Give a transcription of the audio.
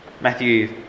Matthew